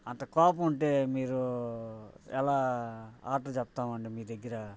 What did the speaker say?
అంత కోపం ఉంటే మీరు ఎలా ఆర్డర్ చెప్తామండి మీ దగ్గర